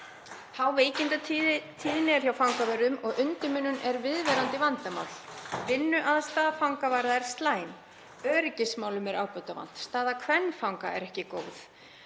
há veikindatíðni er hjá fangavörðum og undirmönnun er viðvarandi vandamál. Vinnuaðstaða fangavarða er slæm. Öryggismálum er ábótavant. Staða kvenfanga er ekki góð.